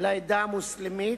לעדה המוסלמית,